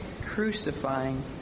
crucifying